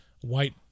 white